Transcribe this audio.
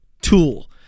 tool